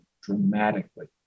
dramatically